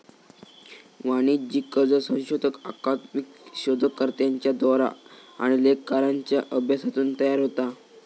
वाणिज्यिक कर्ज संशोधन अकादमिक शोधकर्त्यांच्या द्वारा आणि लेखाकारांच्या अभ्यासातून तयार होता